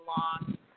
long